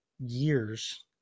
years